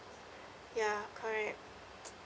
yeah correct